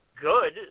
good